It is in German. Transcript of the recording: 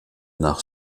nach